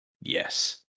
Yes